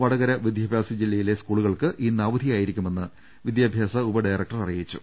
വടകര വിദ്യാഭ്യാസ ജില്ലയിലെ സ്കൂളുകൾക്ക് ഇന് അവധി യായിരിക്കുമെന്ന് വിദ്യാഭ്യാസ ഉപഡയറക്ടർ അറിയിച്ചു